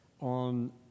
on